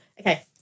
Okay